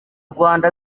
rwanda